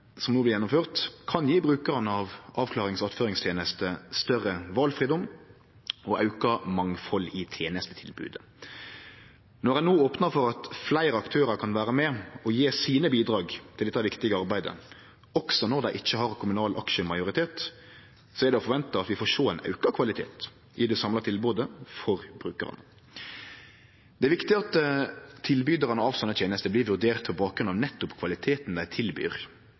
som no blir gjennomførte, kan gje brukarane av avklarings- og attføringstenester større valfridom og auka mangfald i tenestetilbodet. Når ein no opnar for at fleire aktørar kan vere med og gje sine bidrag til dette viktige arbeidet, også når dei ikkje har kommunal aksjemajoritet, så er det å forvente at vi får sjå ein auka kvalitet i det samla tilbodet for brukarane. Det er viktig at tilbydarane av sånne tenester blir vurderte på bakgrunn av nettopp kvaliteten dei tilbyr,